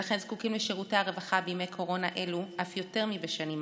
ולכן זקוקים לשירותי הרווחה בימי קורונה אלו אף יותר מבשנים עברו,